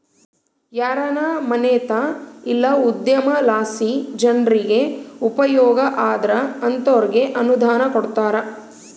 ಯಾರಾನ ಮನ್ಸೇತ ಇಲ್ಲ ಉದ್ಯಮಲಾಸಿ ಜನ್ರಿಗೆ ಉಪಯೋಗ ಆದ್ರ ಅಂತೋರ್ಗೆ ಅನುದಾನ ಕೊಡ್ತಾರ